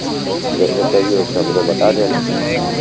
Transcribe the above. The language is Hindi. जो सब चाहिए वो सब हमको बता देना